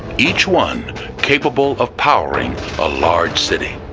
each one capable of powering a large city.